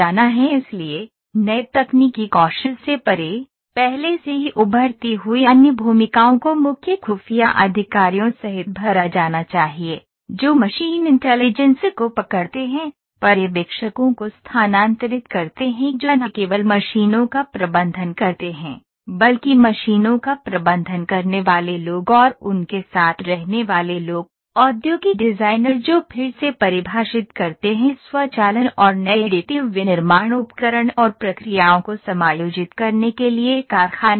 इसलिए नए तकनीकी कौशल से परे पहले से ही उभरती हुई अन्य भूमिकाओं को मुख्य खुफिया अधिकारियों सहित भरा जाना चाहिए जो मशीन इंटेलिजेंस को पकड़ते हैं पर्यवेक्षकों को स्थानांतरित करते हैं जो न केवल मशीनों का प्रबंधन करते हैं बल्कि मशीनों का प्रबंधन करने वाले लोग और उनके साथ रहने वाले लोग औद्योगिक डिज़ाइनर जो फिर से परिभाषित करते हैं स्वचालन और नए एडिटिव विनिर्माण उपकरण और प्रक्रियाओं को समायोजित करने के लिए कारखाने का फर्श